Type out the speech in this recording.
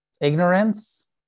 ignorance